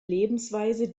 lebensweise